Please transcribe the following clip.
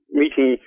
meeting